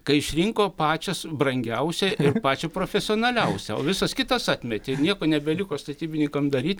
kai išrinko pačias brangiausią ir pačią profesionaliausią o visas kitas atmetė nieko nebeliko statybininkam daryt